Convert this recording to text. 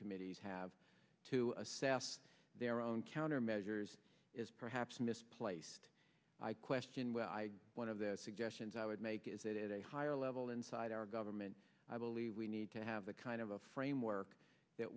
committees have to assess their own countermeasures is perhaps misplaced i question will i one of the suggestions i would make is that at a higher level inside our government i believe we need to have a kind of a framework that